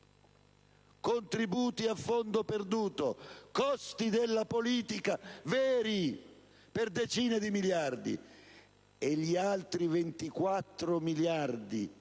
contributi a fondo perduto, costi della politica veri per decine di miliardi, e gli altri 24 miliardi